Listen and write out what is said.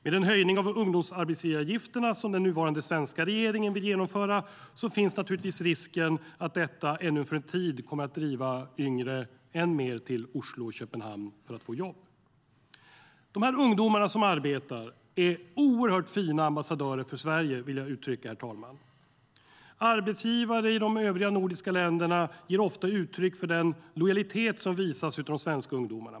Med den höjning av ungdomsarbetsgivaravgifterna som den nuvarande svenska regeringen vill genomföra finns naturligtvis risken att detta ännu för en tid kommer att driva yngre än mer till Oslo och Köpenhamn för att få jobb. Men dessa ungdomar som arbetar är oerhört fina ambassadörer för Sverige, herr talman. Arbetsgivare i de övriga nordiska länderna ger ofta uttryck för den lojalitet som visas av de svenska ungdomarna.